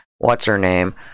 what's-her-name